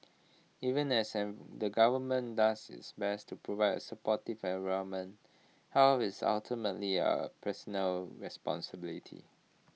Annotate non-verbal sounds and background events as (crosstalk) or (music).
even as (unintelligible) the government does its best to provide A supportive environment health is ultimately A personal responsibility